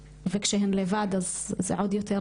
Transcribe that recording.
וכשהן לבד אז זה עוד יותר קשה,